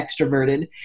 extroverted